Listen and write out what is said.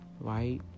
Right